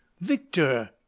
Victor